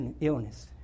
illness